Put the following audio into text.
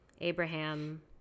Abraham